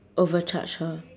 over charge her